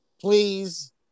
please